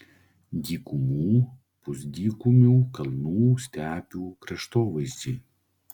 dykumų pusdykumių kalnų stepių kraštovaizdžiai